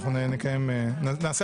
נשלח